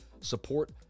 support